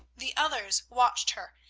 the others watched her,